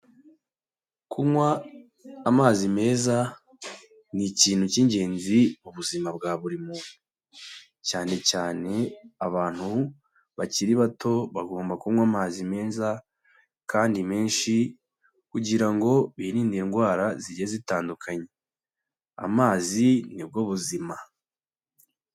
Kunywa amazi meza ni ikintu cy'ingenzi mu buzima bwa buri muntu, cyane cyane abantu bakiri bato bagomba kunywa amazi meza kandi menshi kugira ngo birinde indwara zigiye zitandukanye, amazi ni bwo buzima.